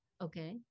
okay